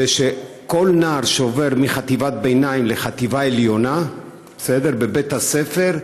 זה שכל נער שעובר מחטיבת ביניים לחטיב העליונה בבית הספר,